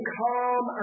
calm